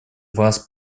вас